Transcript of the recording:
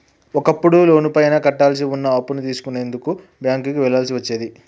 ఒకప్పుడు లోనుపైన కట్టాల్సి వున్న అప్పుని తెలుసుకునేందుకు బ్యేంకుకి వెళ్ళాల్సి వచ్చేది